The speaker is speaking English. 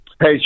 Hey